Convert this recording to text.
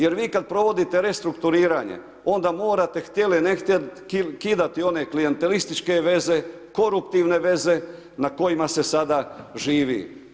Jer vi kad provodite restrukturiranje onda morate htjeli ne htjeli kidati one klijentelističke veze, koruptivne veze na kojima se sada živi.